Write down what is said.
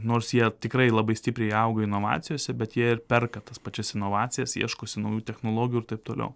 nors jie tikrai labai stipriai auga inovacijose bet jei ir perka tas pačias inovacijas ieškosi naujų technologijų ir taip toliau